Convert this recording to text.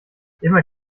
immer